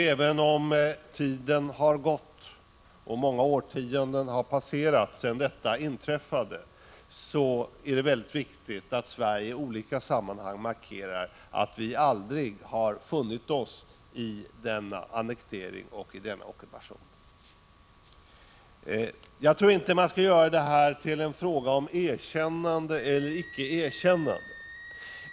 Även om många årtionden har gått sedan detta inträffade, är det mycket viktigt att Sverige i olika sammanhang markerar att vi aldrig har funnit oss i denna annektering och denna ockupation. Jag tror inte att man skall göra detta till en fråga om erkännande eller icke erkännande.